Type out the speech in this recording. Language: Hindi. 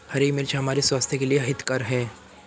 हरी मिर्च हमारे स्वास्थ्य के लिए हितकर हैं